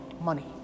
money